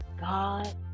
God